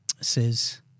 says